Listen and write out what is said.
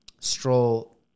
stroll